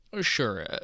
sure